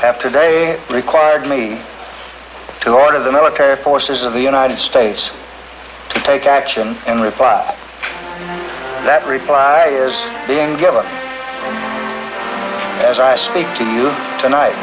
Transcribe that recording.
have today required me to order the military forces of the united states to take action and with five that reply is being given as i speak to you tonight